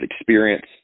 experience